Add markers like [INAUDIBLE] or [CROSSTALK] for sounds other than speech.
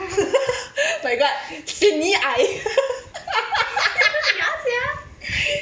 [LAUGHS] my god 是你矮 [LAUGHS]